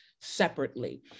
separately